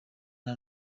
nta